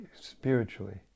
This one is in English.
spiritually